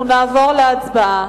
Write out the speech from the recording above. אנחנו נעבור להצבעה,